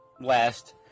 last